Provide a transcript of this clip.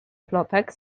plotek